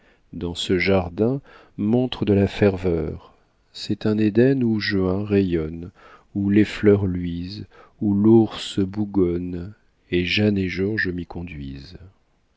dans ce jardin montre de la ferveur c'est un éden où juin rayonne où les fleurs luisent où l'ours bougonne et jeanne et georges m'y conduisent